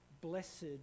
blessed